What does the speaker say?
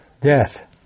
Death